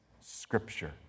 Scripture